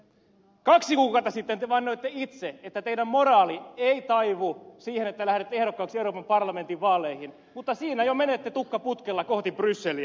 kaksi kuukautta sitten te vannoitte itse että teidän moraalinne ei taivu siihen että lähdette ehdokkaaksi euroopan parlamentin vaaleihin mutta siinä jo menette tukka putkella kohti brysseliä